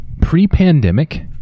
Pre-pandemic